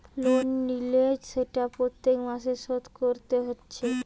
loan লিলে সেটা প্রত্যেক মাসে শোধ কোরতে হচ্ছে